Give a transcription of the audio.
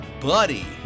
buddy